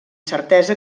certesa